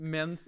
Men